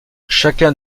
chacun